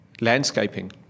landscaping